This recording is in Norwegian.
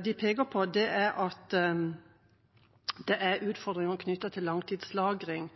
De peker også på at det er utfordringer med langtidslagring